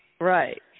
Right